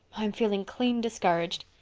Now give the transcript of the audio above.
i'm feeling clean discouraged.